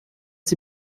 sie